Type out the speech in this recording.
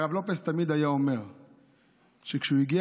הרב לופס תמיד היה אומר שכשהוא הגיע